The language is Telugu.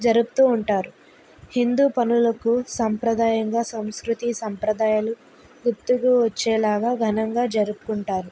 జరుపుతూ ఉంటారు హిందూ పనులకు సంప్రదాయంగా సంస్కృతీ సంప్రదాయాలు గుర్తుకువచ్చేలాగా ఘనంగా జరుపుకుంటారు